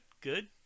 good